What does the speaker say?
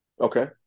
Okay